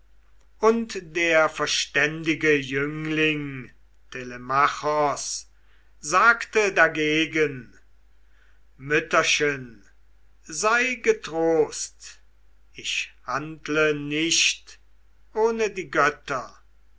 und der verständige jüngling telemachos sagte dagegen mütterchen sei getrost ich handle nicht ohne die götter